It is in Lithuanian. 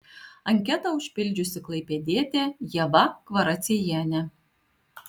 anketą užpildžiusi klaipėdietė ieva kvaraciejienė